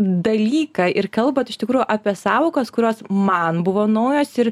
dalyką ir kalbat iš tikrųjų apie sąvokas kurios man buvo naujos ir